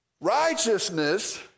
Righteousness